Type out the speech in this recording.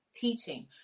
teaching